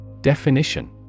Definition